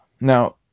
Now